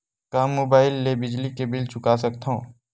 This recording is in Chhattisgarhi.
का मुबाइल ले बिजली के बिल चुका सकथव?